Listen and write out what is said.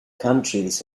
countries